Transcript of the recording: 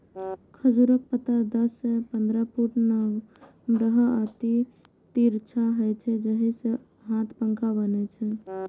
खजूरक पत्ता दस सं पंद्रह फुट नमहर आ अति तीक्ष्ण होइ छै, जाहि सं हाथ पंखा बनै छै